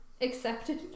accepted